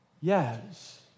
yes